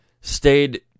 stayed